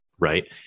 right